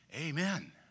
Amen